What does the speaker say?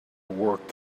work